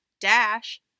dash